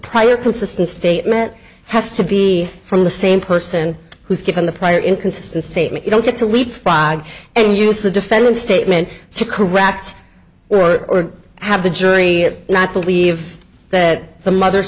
prior consistent statement has to be from the same person who's given the prior inconsistent statement you don't get to leap frog and use the defendant's statement to correct or have the jury not believe that the mother